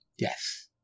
Yes